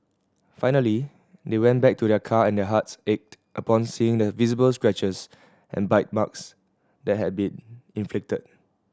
finally they went back to their car and their hearts ached upon seeing the visible scratches and bite marks that had been inflicted